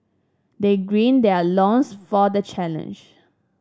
they gird their loins for the challenge